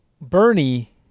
Bernie